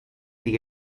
the